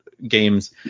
games